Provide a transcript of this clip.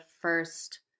first